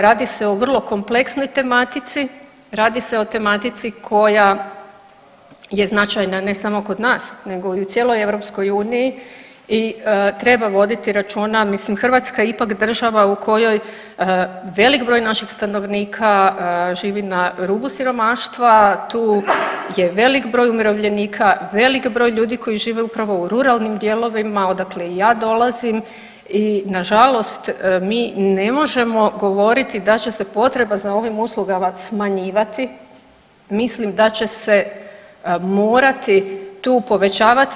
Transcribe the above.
Radi se o vrlo kompleksnoj tematici, radi se o tematici koja je značajna, ne samo kod nas, nego i u cijeloj Europskoj uniji, i treba voditi računa, mislim Hrvatska je ipak država u kojoj velik broj naših stanovnika živi na rubu siromaštva, tu je velik broj umirovljenika, velik broj ljudi koji žive upravo u ruralnim dijelovima, odakle i ja dolazim i nažalost mi ne možemo govoriti da će se potreba za ovim uslugama smanjivati, mislim da će se morati tu povećavati.